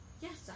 Yes